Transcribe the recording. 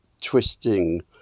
twisting